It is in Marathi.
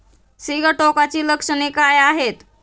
सिगाटोकाची लक्षणे काय आहेत?